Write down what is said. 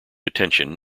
attention